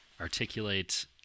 articulate